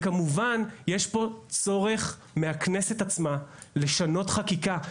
כמובן יש פה צורך מהכנסת עצמה לשנות חקיקה.